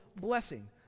blessing